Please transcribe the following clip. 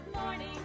morning